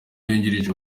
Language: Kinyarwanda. yungirije